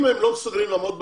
אם הם לא מסוגלים לעמוד בזמנים,